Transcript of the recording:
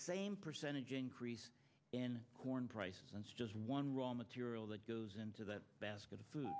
same percentage increase in corn prices that's just one raw material that goes into that basket of food